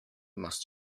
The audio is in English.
must